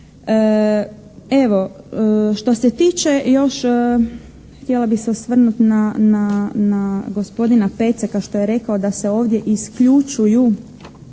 Evo, što se tiče još htjela bih se osvrnuti na gospodina Peceka što je rekao da se ovdje isključuju